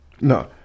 No